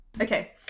Okay